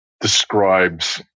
describes